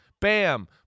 bam